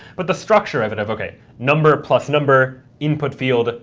but the structure of it, of ok, number plus number, input field,